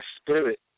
spirit